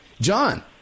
John